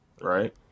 right